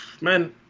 man